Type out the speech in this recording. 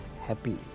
happy